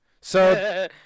So-